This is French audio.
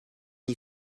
n’y